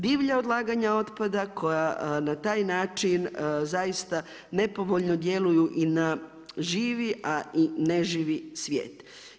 Divlje odlaganje otpada koja na taj način, zaista nepovoljno djeluju i na živi, a i na neživi svijet.